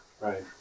Right